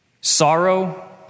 Sorrow